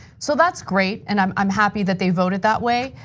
so, that's great, and i'm i'm happy that they voted that way.